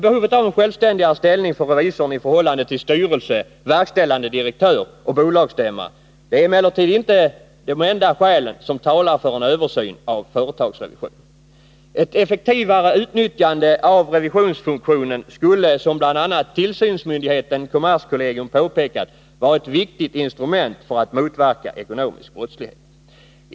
Behovet av en självständigare ställning för revisorn i förhållande till styrelse, verkställande direktör och bolagsstämma är emellertid inte det enda skäl som talar för en översyn av företagsrevisionen. Ett effektivare utnyttjande av revisionsfunktionen skulle, som bl.a. tillsynsmyndigheten kommerskollegium påpekat, vara ett viktigt instrument för att motverka ekonomisk brottslighet.